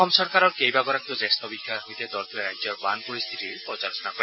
অসম চৰকাৰৰ কেইবাগৰাকীও জ্যেষ্ঠ বিষয়াৰ সৈতে দলটোৱে ৰাজ্যৰ বান পৰিস্থিতিৰ পৰ্যালোচনা কৰে